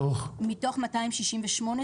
מתוך 268 תקנים.